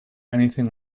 anything